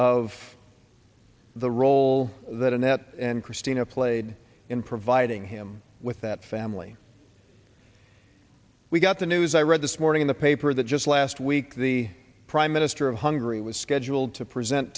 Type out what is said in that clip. of the role that annette and christina played in providing him with that family we got the news i read this morning in the paper that just last week the prime minister of hungary was scheduled to present